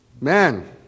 Man